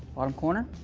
bottom corner.